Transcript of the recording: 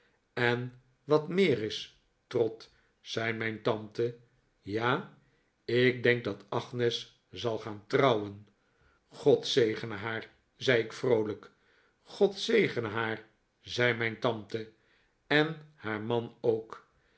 en wat meer is trot zei mijn tante ja ik denk dat agnes zal gaan trouwen god zegene haar zei ik vroolijk god zegene haar zei mijn tante en haar man ook